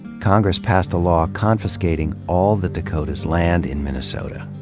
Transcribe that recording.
congress passed a law confiscating all the dakota's land in minnesota.